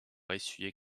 essuyé